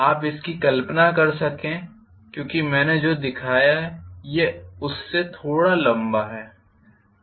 आप इसकी कल्पना कर सकें क्योंकि मैंने जो दिखाया है यह उससे थोड़ा लंबा है